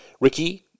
Ricky